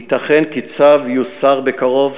ייתכן כי הצו יוסר בקרוב,